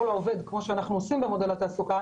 לעובד כמו שאנחנו עושים במודל התעסוקה